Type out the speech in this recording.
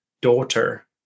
daughter